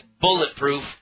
bulletproof